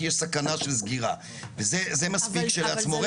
סכנה של סגירה זה מספיק כשלעצמו.